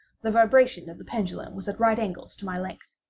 the vibration of the pendulum was at right angles to my length.